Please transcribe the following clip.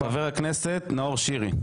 חבר הכנסת נאור שירי.